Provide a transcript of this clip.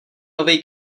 novej